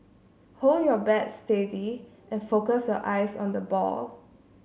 hold your bat steady and focus your eyes on the ball